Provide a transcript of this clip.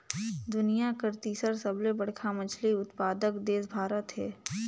दुनिया कर तीसर सबले बड़खा मछली उत्पादक देश भारत हे